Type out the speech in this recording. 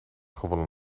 gewonnen